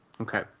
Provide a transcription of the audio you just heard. Okay